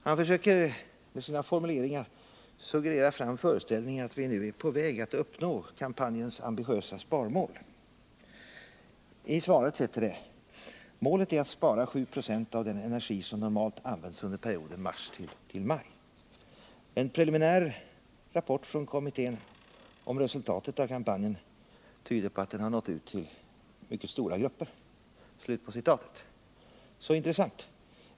Han försöker med sina formuleringar suggerera fram föreställningen att vi nu är på väg att uppnå kampanjens ambitiösa sparmål. I svaret heter det: ” Målet är att spara 7 96 av den energi som normalt används under perioden mars-maj. En preliminär rapport från kommittén om resultatet av kampanjen tyder på att den har nått ut till mycket stora grupper.” Så intressant.